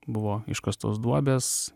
buvo iškastos duobės